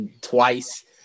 twice